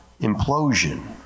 implosion